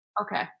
Okay